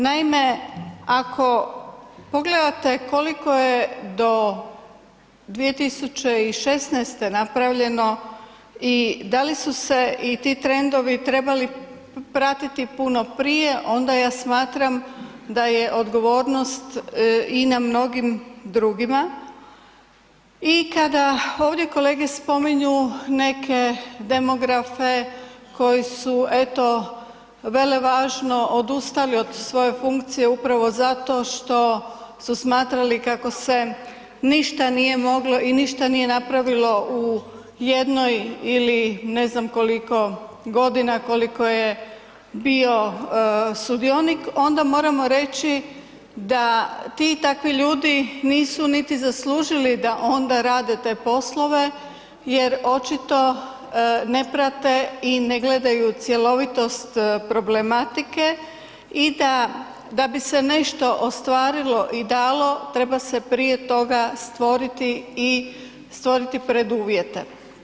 Naime, ako pogledate koliko je do 2016. napravljeno i da li su se i ti trendovi trebali pratiti puno prije onda ja smatram da je odgovornost i na mnogim drugima i kada ovdje kolege spominju neke demografe koji su eto velevažno odustali od svoje funkcije upravo zato što su smatrali kako se ništa nije moglo i ništa nije napravilo u jednoj ili ne znam koliko godina, koliko je bio sudionik onda moramo reći da ti i takvi ljudi nisu niti zaslužili da onda rade te poslove jer očito ne prate i ne gledaju cjelovitost problematike i da da bi se nešto ostvarilo i dalo treba se prije toga stvoriti i stvoriti preduvjete.